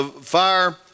fire